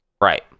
Right